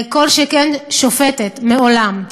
כל שכן שופטת, מעולם.